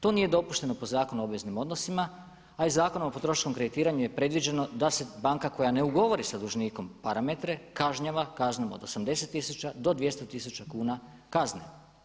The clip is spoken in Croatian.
To nije dopušteno po Zakonu o obveznim odnosima, a iz Zakona o potrošačkom kreditiranju je predviđeno da se banka koja ne ugovori sa dužnikom parametre kažnjava kaznom od 80 tisuća do 200 tisuća kuna kazne.